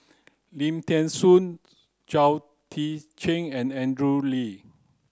Lim Thean Soo Chao Tzee Cheng and Andrew Lee